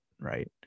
Right